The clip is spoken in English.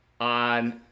on